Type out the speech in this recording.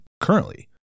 currently